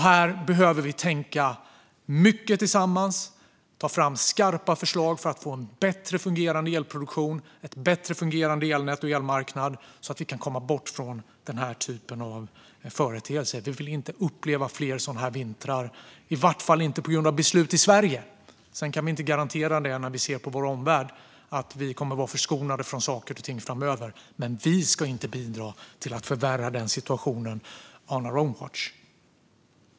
Här behöver vi tänka mycket tillsammans och ta fram skarpa förslag för att få en bättre fungerande elproduktion, ett bättre fungerande elnät och en bättre fungerande elmarknad så att vi kan komma bort från detta slags företeelse. Vi vill inte uppleva fler sådana vintrar, i varje fall inte på grund av beslut i Sverige. Vi kan inte garantera att vi kommer att vara förskonade från saker och ting framöver med tanke på vad vi ser i vår omvärld, men vi ska inte bidra till att förvärra situationen on our own watch.